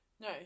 No